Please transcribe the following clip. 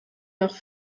nach